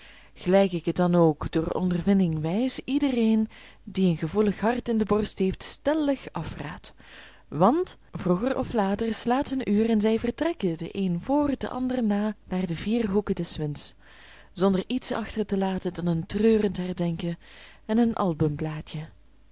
gelijk ik het dan ook door ondervinding wijs iedereen die een gevoelig hart in de borst heeft stellig afraad want vroeger of later slaat hun uur en zij vertrekken de één voor de ander na naar de vier hoeken des winds zonder iets achter te laten dan een treurend herdenken en een